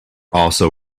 also